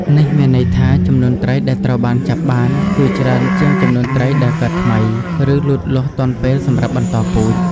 នេះមានន័យថា ចំនួនត្រីដែលត្រូវបានចាប់បានគឺច្រើនជាងចំនួនត្រីដែលកើតថ្មី ឬលូតលាស់ទាន់ពេលសម្រាប់បន្តពូជ។